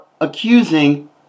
accusing